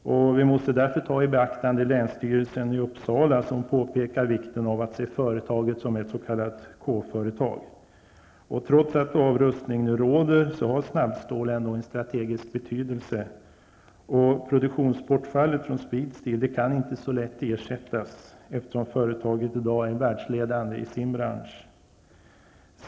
Vi måste därför ta i beaktande vad länsstyrelsen i Uppsala län påpekar, nämligen vikten av att se företaget som ett s.k. K-företag. Trots att avrustning nu pågår, så har snabbstål ändå en strategisk betydelse. Produktionsbortfallet från Kloster Speedsteel kan inte så lätt ersättas, eftersom företaget i dag är världsledande i sin bransch.